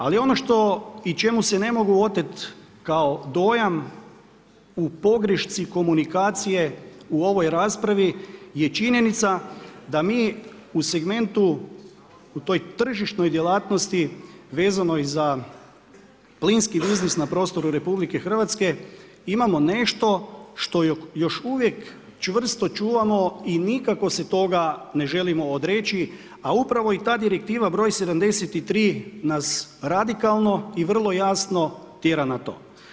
Ali, ono što i čemu se ne mogu oteti kao dojam u pogrešci komunikacije u ovoj raspravi je činjenica, da mi u segmentu, u toj tržišnoj djelatnosti, vezanoj za plinski biznis na prostoru RH imamo nešto što još uvijek čvrsto čuvamo i nikako se toga ne želimo odreći, a upravo i ta direktiva broj 73. nas radikalno i vrlo jasno tjera na to.